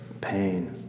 pain